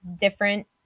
different